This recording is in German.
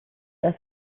das